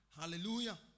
Hallelujah